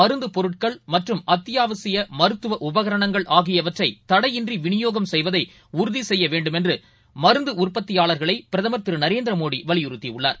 மருந்தபொருட்கள் மற்றம் அத்தியாவசியமருத்துவஉபகரணங்கள் நாட்டில் ஆகியவற்றைதடையின்றிவிநியோகம் செய்வதைஉறுதிசெய்யவேண்டுமென்றுமருந்துஉற்பத்தியாளர்களைபிரதமர் திருநரேந்திரமோடிவலியுறுத்தியுள்ளார்